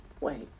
Wait